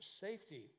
safety